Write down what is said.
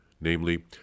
namely